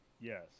Yes